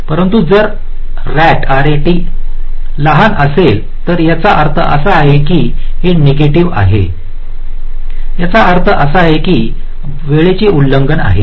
परंतु जर रॅट लहान असेल तर याचा अर्थ असा आहे की हे नेगेटीव्ह आहे याचा अर्थ असा आहे की वेळेचे उल्लंघन आहे